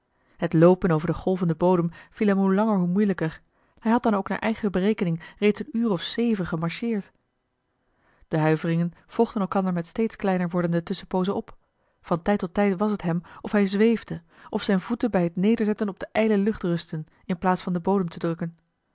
het loopen over den golvenden bodem viel hem hoe langer hoe moeielijker hij had dan ook naar eigen berekening reeds een uur of zeven gemarcheerd de huiveringen volgden elkander met steeds kleiner wordende tusschenpoozen op van tijd tot tijd was het hem of hij zweefde of zijne voeten bij het nederzetten op de ijle lucht rustten in plaats van den bodem te drukken